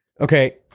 Okay